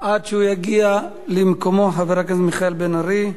עד שהוא יגיע למקומו, חבר הכנסת מיכאל בן-ארי.